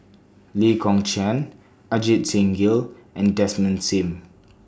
Lee Kong Chian Ajit Singh Gill and Desmond SIM